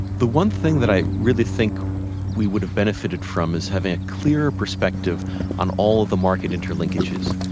the one thing that i really think we would have benefited from is having a clearer perspective on all of the market inter-linkages.